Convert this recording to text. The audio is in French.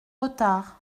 retard